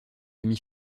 demi